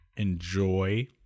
enjoy